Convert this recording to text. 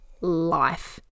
life